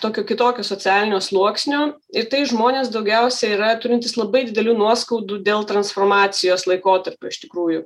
tokio kitokio socialinio sluoksnio ir tai žmonės daugiausia yra turintys labai didelių nuoskaudų dėl transformacijos laikotarpio iš tikrųjų